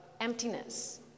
emptiness